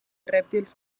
rèptils